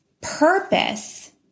purpose